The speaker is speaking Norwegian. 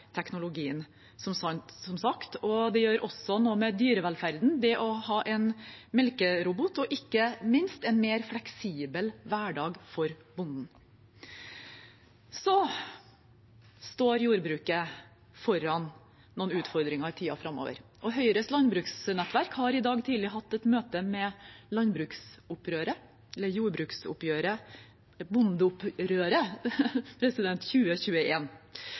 teknologien, som sagt. Det gjør også noe med dyrevelferden å ha en melkerobot, og ikke minst gir det en mer fleksibel hverdag for bonden. Jordbruket står foran noen utfordringer i tiden framover, og Høyres landbruksnettverk har i dag tidlig hatt et møte med landbruksopprøret,